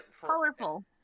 colorful